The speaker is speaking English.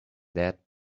that